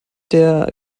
der